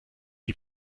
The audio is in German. die